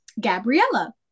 Gabriella